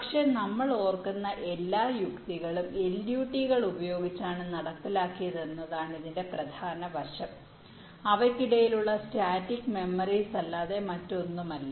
പക്ഷേ നമ്മൾ ഓർക്കുന്ന എല്ലാ യുക്തികളും LUT കൾ ഉപയോഗിച്ചാണ് നടപ്പിലാക്കിയത് എന്നതാണ് ഇതിന്റെ പ്രധാന വശം അവയ്ക്കിടയിലുള്ള സ്റ്റാറ്റിക് മെമ്മറിസ് അല്ലാതെ മറ്റൊന്നുമല്ല